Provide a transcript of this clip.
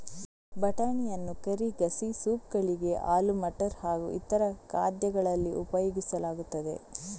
ಬಟಾಣಿಯನ್ನು ಕರಿ, ಗಸಿ, ಸೂಪ್ ಗಳಿಗೆ, ಆಲೂ ಮಟರ್ ಹಾಗೂ ಇತರ ಖಾದ್ಯಗಳಲ್ಲಿ ಉಪಯೋಗಿಸಲಾಗುತ್ತದೆ